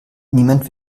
niemand